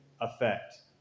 effect